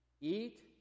Eat